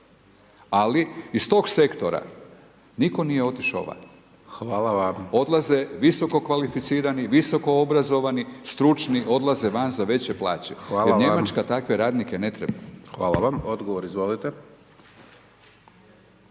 ali iz toga sektora nitko nije otišao van…/Upadica: Hvala vam/…odlaze visokokvalificirani, visokoobrazovani, stručni odlaze van za veće plaće…/Upadica: Hvala vam/…jer Njemačka takve radnike ne treba. **Hajdaš Dončić,